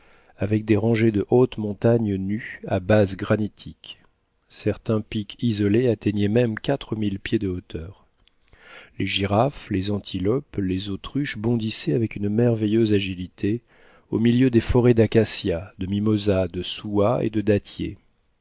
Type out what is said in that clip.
avec des rangées de hautes montagnes nues à base granitique certains pics isolés atteignaient même quatre mille pieds de hauteur les girafes les antilopes les autruches bondissaient avec une merveilleuse agilité au milieu des forêts d'acacias de mimosas de souahs et de dattiers